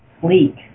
sleek